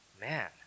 man